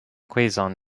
quezon